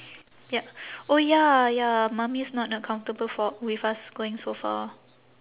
ya oh ya ya mummy's not uh comfortable for with us going so far